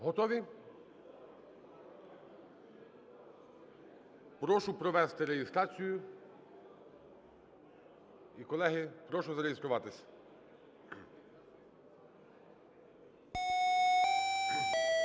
Готові? Прошу провести реєстрацію і, колеги, прошу зареєструватися.